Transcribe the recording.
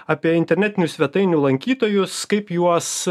apie internetinių svetainių lankytojus kaip juos